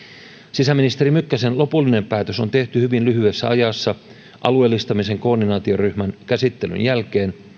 sisäministeri mykkäsen lopullinen päätös on tehty hyvin lyhyessä ajassa alueellistamisen koordinaatioryhmän käsittelyn jälkeen